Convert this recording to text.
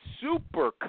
super